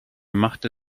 machte